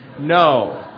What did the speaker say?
No